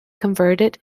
converted